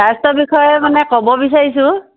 স্বাস্থ্যৰ বিষয়ে মানে ক'ব বিচাৰিছোঁ